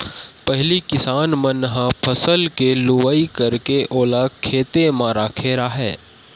पहिली किसान मन ह फसल के लुवई करके ओला खेते म राखे राहय